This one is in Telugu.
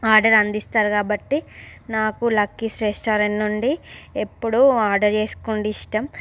ఆర్డర్ అందిస్తారు కాబట్టి నాకు లక్కీస్ రెస్టారెంట్ నుండి ఎప్పుడూ ఆర్డర్ చేసుకోవడం ఇష్టం